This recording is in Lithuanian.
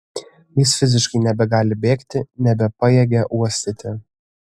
jis fiziškai nebegali bėgti nebepajėgia uostyti